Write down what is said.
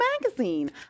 magazine